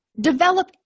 Develop